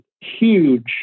huge